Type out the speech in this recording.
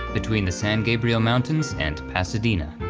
between the san gabriel mountains and pasadena.